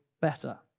better